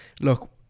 look